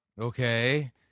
Okay